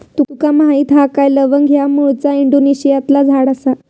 तुका माहीत हा काय लवंग ह्या मूळचा इंडोनेशियातला झाड आसा